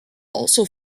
also